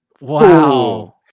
wow